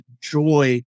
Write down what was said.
joy